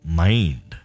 mind